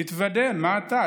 תתוודה, מה אתה?